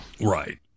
Right